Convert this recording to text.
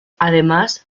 además